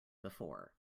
before